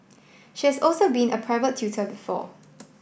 she has also been a private tutor before